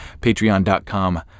patreon.com